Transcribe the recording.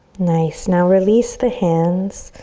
nice, now release the hands,